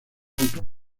incluye